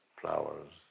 flowers